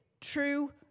true